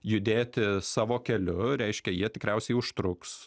judėti savo keliu reiškia jie tikriausiai užtruks